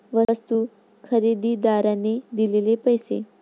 वस्तू खरेदीदाराने दिलेले पैसे